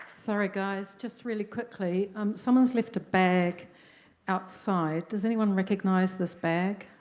sorry guys just really quickly someone left a bag outside does anyone recognize this bag?